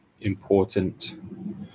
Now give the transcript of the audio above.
important